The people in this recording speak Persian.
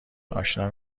آشنا